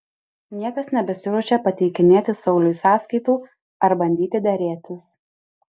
niekas nebesiruošia pateikinėti sauliui sąskaitų ar bandyti derėtis